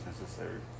necessary